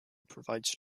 provides